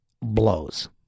blows